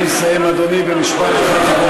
אני מסיים, אדוני, במשפט אחד.